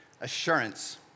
Assurance